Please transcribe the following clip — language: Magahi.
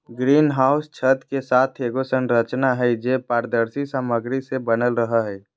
ग्रीन हाउस छत के साथ एगो संरचना हइ, जे पारदर्शी सामग्री से बनल रहो हइ